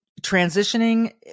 transitioning